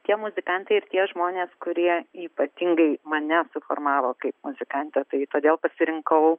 tie muzikantai ir tie žmonės kurie ypatingai mane suformavo kaip muzikantę tai todėl pasirinkau